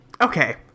Okay